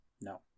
No